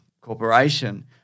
corporation